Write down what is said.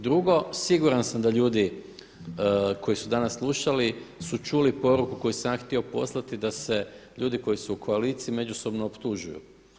Drugo, siguran sam da ljudi koji su danas slušali su čuli poruku koju sam ja htio poslati da se ljudi koji su u koaliciji međusobno optužuju.